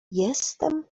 jestem